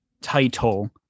title